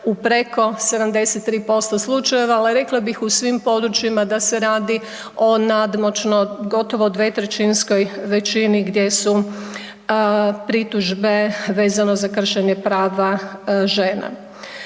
u preko 73% slučajeva, ali rekla bih u svim područjima da se radi o nadmoćno 2/3 većini gdje su pritužbe vezano za kršenje prava žena.